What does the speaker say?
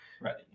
Ready